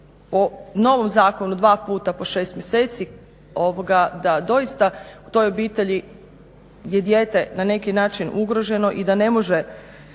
o novom zakonu, 2 puta po 6 mjeseci, da doista u toj obitelji je dijete na neki način ugroženo i da ne može